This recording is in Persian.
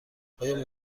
آیا